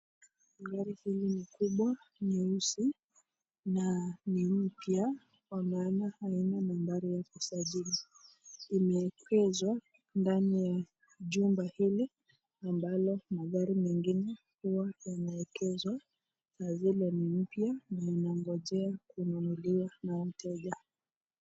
Gari hili ni kubwa nyeusi na ni mpya kwa maana haina nambari ya usajili, imeegeshwa ndani ya chumba hili ambalo magari mengine huwa yanaeegeshwa na zile mpya na inaongojea kununuliwa na wateja.